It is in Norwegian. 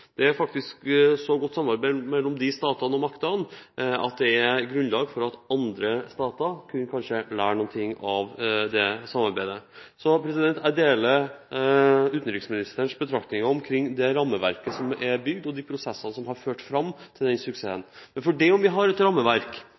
Det er faktisk et så godt samarbeid mellom disse statene at det er grunnlag for at andre stater kanskje kunne lære noe av dette samarbeidet. Jeg deler utenriksministerens betraktninger omkring det rammeverket som er bygd, og de prosessene som har ført fram til denne suksessen. Men selv om vi har et rammeverk,